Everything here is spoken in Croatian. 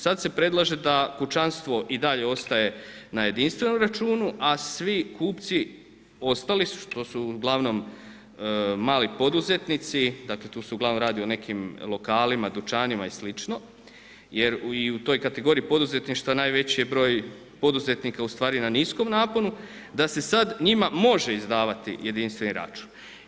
Sada se predlaže da kućanstvo i dalje ostaje na jedinstvenom računu a svi kupci ostali što su uglavnom mali poduzetnici, dakle tu se uglavnom radi o nekim lokalima, dućanima i slično jer i u toj kategoriji poduzetništva najveći je broj poduzetnika ustvari na niskom naponu da se sada njima može izdavati jedinstveni račun.